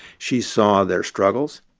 she saw their struggles,